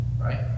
right